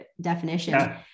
definition